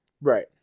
Right